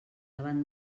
davant